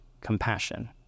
compassion